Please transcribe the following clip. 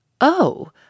Oh